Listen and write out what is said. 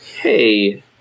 Hey